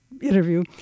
interview